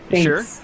Sure